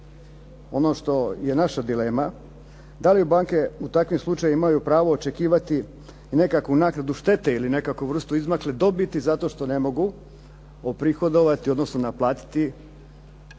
ono što je naša dilema, da li banke u takvim slučajevima imaju pravo očekivati i nekakvu naknadu štete ili nekakvu vrstu izmakle dobiti zato što ne mogu oprihodovati, odnosno naplatiti,